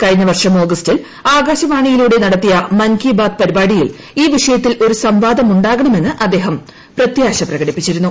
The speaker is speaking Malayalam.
കഴിഞ്ഞ വർഷം ഓഗസ്റ്റിൽ ആകാശവാണിയിലൂടെ നടത്തിയ മൻ കി ബാത്ത് പരിപാടിയിൽ ഈ വിഷയത്തിൽ ഒരു സംവാദം ഉണ്ടാകണമെന്ന് അദ്ദേഹം പ്രത്യാശ പ്രകടിപ്പിച്ചിരുന്നു